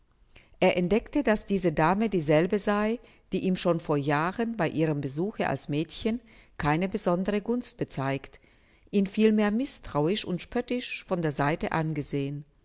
er entdeckte daß diese dame dieselbe sei die ihm schon vor jahren bei ihrem besuche als mädchen keine besondere gunst bezeigt ihn vielmehr mißtrauisch und spöttisch von der seite angesehen